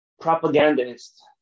propagandist